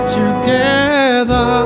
together